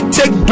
take